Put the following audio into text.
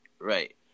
Right